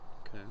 Okay